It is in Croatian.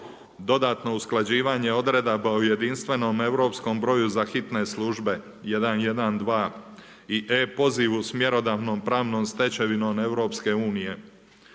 dodatno usklađivanje odredaba o jedinstvenom europskom broju za hitne službe 112 i e-pozivu s mjerodavnom pravnom stečevinom EU, propisivanje